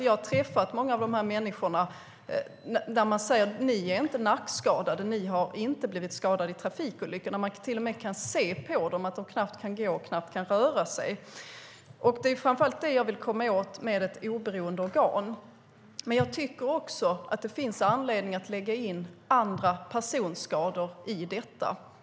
Jag har träffat många av de här människorna. Du är inte nackskadad, du har inte blivit skadad i någon trafikolycka, har de fått höra. Men man kan till och med se på dem att de knappt kan gå och knappt kan röra sig. Det är framför allt detta jag vill komma åt med ett oberoende organ. Men jag tycker också att det finns anledning att lägga in andra personskador i detta.